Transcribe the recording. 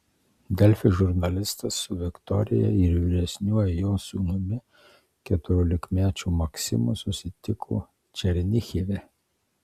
delfi žurnalistas su viktorija ir vyresniuoju jos sūnumi keturiolikmečiu maksimu susitiko černihive